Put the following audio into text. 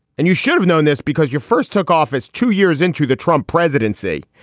and you should have known this because your first took office two years into the trump presidency.